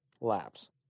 laps